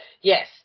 yes